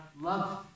love